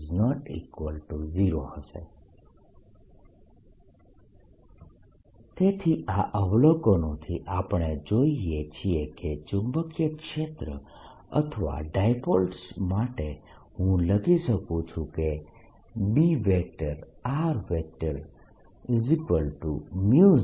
dl ≠ 0 B ≠ 0 તેથી આ અવલોકનોથી આપણે જોઈએ છીએ કે ચુંબકીય ક્ષેત્ર અથવા ડાયપોલ્સ માટે હું લખી શકું છું કે B04π3 m